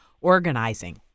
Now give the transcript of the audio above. organizing